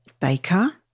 Baker